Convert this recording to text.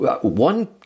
One